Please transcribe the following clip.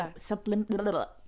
Subliminal